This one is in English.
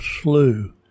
slew